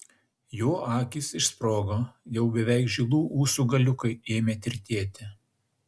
jo akys išsprogo jau beveik žilų ūsų galiukai ėmė tirtėti